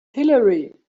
hillary